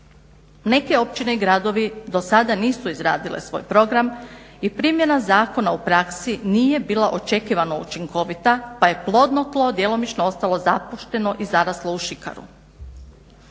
Neke općine i gradovi do sada nisu izgradile svoj program i primjena zakona u praksi nije bila očekivano učinkovita pa je plodno tlo djelomično ostalo zapušteno i zaraslo u šikaru.